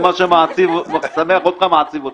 ומה שמשמח אותך מעציב אותנו.